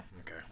okay